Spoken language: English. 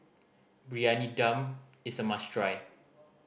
Briyani Dum is a must try